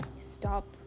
stop